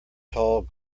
tall